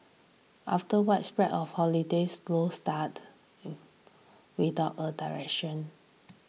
after widespread holidays slow start without a direction